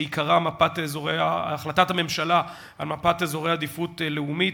שעיקרה החלטת הממשלה על מפת אזורי עדיפות לאומית,